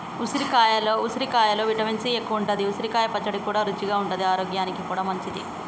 ఉసిరికాయలో vitamin C ఎక్కువుంటది, ఉసిరికాయ పచ్చడి కూడా రుచిగా ఉంటది ఆరోగ్యానికి కూడా మంచిది